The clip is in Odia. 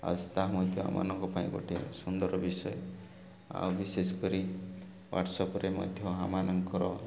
ଆଉ ତାହା ମଧ୍ୟ ଆମମାନଙ୍କ ପାଇଁ ଗୋଟେ ସୁନ୍ଦର ବିଷୟ ଆଉ ବିଶେଷ କରି ୱାଟ୍ସଆପ୍ରେ ମଧ୍ୟ ଆମମାନଙ୍କର